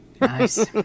Nice